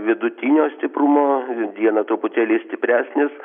vidutinio stiprumo dieną truputėlį stipresnis